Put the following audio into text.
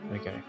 Okay